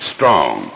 Strong